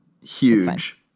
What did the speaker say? Huge